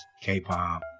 K-pop